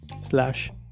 slash